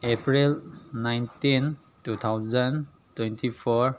April nineteen two thousand twenty four